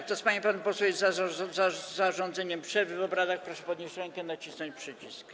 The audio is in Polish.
Kto z pań i panów posłów jest za zarządzeniem przerwy w obradach, proszę podnieść rękę i nacisnąć przycisk.